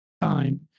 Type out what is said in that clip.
time